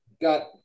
got